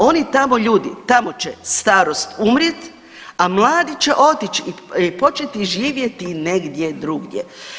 Oni tamo ljudi, tamo će starost umrijeti, a mladi će otići i početi živjeti negdje drugdje.